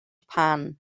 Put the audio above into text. pan